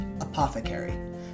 apothecary